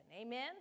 amen